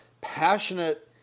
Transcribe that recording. passionate